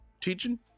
teaching